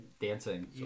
Dancing